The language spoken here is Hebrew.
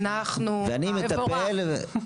אנחנו --- מבורך.